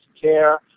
care